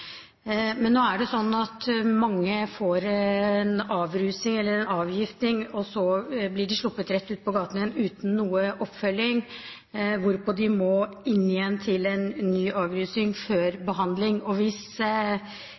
Nå er det slik at mange får en avrusning/avgiftning, og så blir de sluppet rett ut på gaten igjen uten noen oppfølging, hvorpå de må inn igjen til en ny avrusning før behandling. Hvis